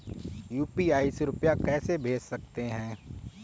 UPI से रुपया कैसे भेज सकते हैं?